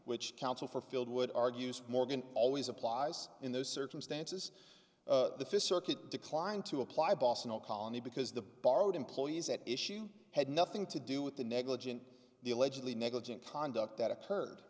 which counsel for field would argue smorgon always applies in those circumstances the fish circuit declined to apply boston or colony because the borrowed employees at issue had nothing to do with the negligent the allegedly negligent conduct that occurred